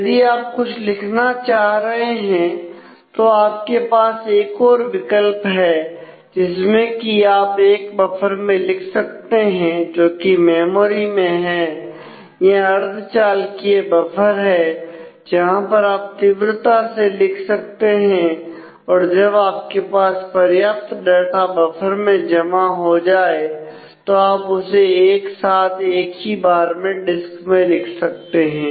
यदि आप कुछ लिखना चाह रहे हैं तो आपके पास एक और विकल्प है जिसमें कि आप एक बफर में लिख सकते हैं जोकि मेमोरी में है या अर्धचालकीय बफर है जहां पर आप तीव्रता से लिख सकते हैं और जब आपके पास पर्याप्त डाटा बफर में जमा हो जाए तो आप उसे एक साथ एक ही बार में डिस्क में लिख सकते हैं